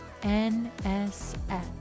NSF